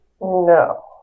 No